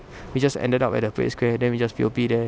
we just ended up at the parade square then we just P_O_P there